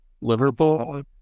Liverpool